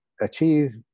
achieve